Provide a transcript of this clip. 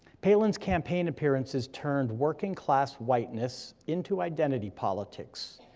palin's campaign appearances turned working class whiteness into identity politics.